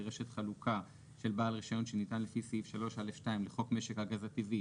לרשת חלוקה של בעל רישיון שניתן לפי סעיף 3(א)(2) לחוק משק הגז הטבעי,